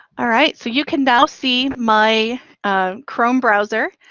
all right, so you can now see my chrome browser,